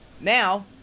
now